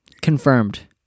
Confirmed